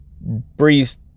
breeze